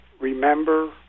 remember